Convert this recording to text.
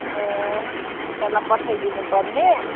ए तपाईँलाई पठाई दिनुपर्ने